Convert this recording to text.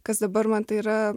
kas dabar man tai yra